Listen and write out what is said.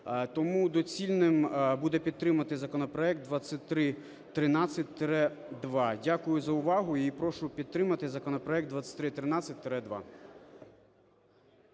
Тому доцільним буде підтримати законопроект 2313-2. Дякую за увагу. І прошу підтримати законопроект 2313-2.